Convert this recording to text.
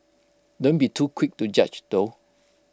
don't be too quick to judge though